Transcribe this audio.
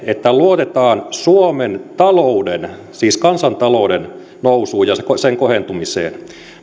että luotetaan suomen talouden siis kansantalouden nousuun ja sen kohentumiseen